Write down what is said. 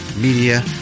media